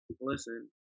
Listen